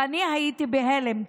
ואני הייתי בהלם,